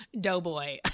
Doughboy